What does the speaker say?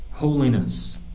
holiness